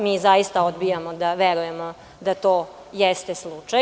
Mi zaista odbijamo da verujemo da to jeste slučaj.